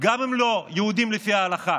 גם אם הם לא יהודים על פי ההלכה,